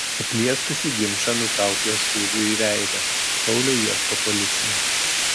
įsiplieskusį ginčą nutraukė šūviu į veidą šaulio ieško policija